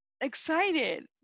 excited